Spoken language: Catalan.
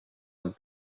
amb